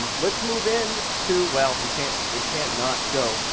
and let's move in to, well, we can't we can't not show.